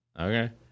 Okay